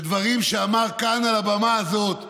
בדברים שאמר כאן, על הבמה הזאת,